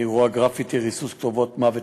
אירוע גרפיטי של ריסוס כתובת "מוות